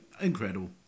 incredible